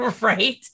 right